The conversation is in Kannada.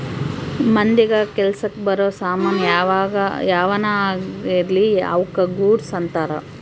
ಮಂದಿಗ ಕೆಲಸಕ್ ಬರೋ ಸಾಮನ್ ಯಾವನ ಆಗಿರ್ಲಿ ಅವುಕ ಗೂಡ್ಸ್ ಅಂತಾರ